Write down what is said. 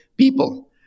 people